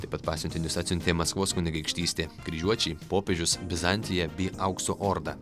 taip pat pasiuntinius atsiuntė maskvos kunigaikštystė kryžiuočiai popiežius bizantija bei aukso orda